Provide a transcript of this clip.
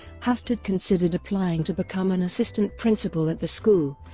hastert considered applying to become an assistant principal at the school,